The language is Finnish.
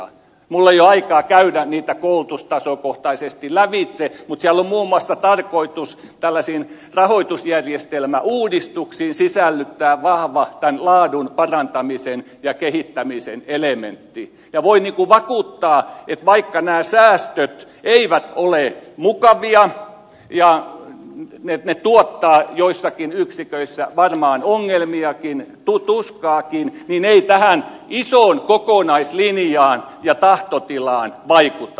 minulla ei ole aikaa käydä niitä koulutustasokohtaisesti lävitse mutta siellä on muun muassa tarkoitus tällaisiin rahoitusjärjestelmäuudistuksiin sisällyttää vahva laadun parantamisen ja kehittämisen elementti ja voin vakuuttaa että vaikka nämä säästöt eivät ole mukavia ja ne tuottavat joissakin yksiköissä varmaan ongelmiakin tuskaakin niin se ei tähän isoon kokonaislinjaan ja tahtotilaan vaikuta